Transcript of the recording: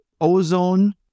Ozone